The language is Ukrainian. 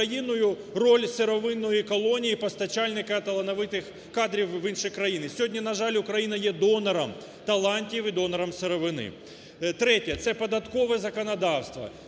Україною роль сировинної колонії і постачальника талановитих кадрів в інші країни, сьогодні, на жаль, Україна є донором талантів і донором сировини. Третє. Це податкове законодавство,